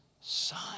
Son